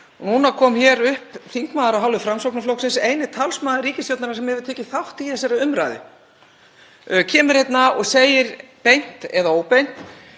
Núna kom hér upp þingmaður af hálfu Framsóknarflokksins, eini talsmaður ríkisstjórnarinnar sem hefur tekið þátt í þessari umræðu, hann kemur hérna og segir beint eða óbeint: